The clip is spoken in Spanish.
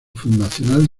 funcional